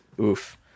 oof